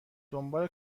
دنبال